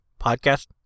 Podcast